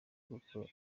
kuko